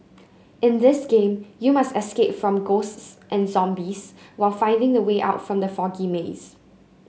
in this game you must escape from ghosts and zombies while finding the way out from the foggy maze